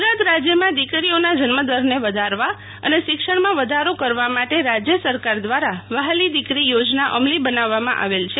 ગુજરાત રાજ્યમાં દીકરીઓના જન્મદરને વધારવા અને શિક્ષણમાં વધારો કરવા માટેરાજ્ય સરકાર દ્વારા વ્હાલી દીકરી યોજના અમલી બનાવવામાં આવેલ છે